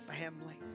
family